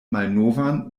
malnovan